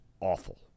awful